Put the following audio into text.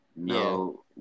No